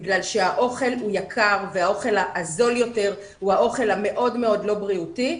בגלל שהאוכל יקר והאוכל הזול יותר הוא מאוד לא בריאותי,